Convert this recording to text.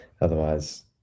Otherwise